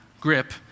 grip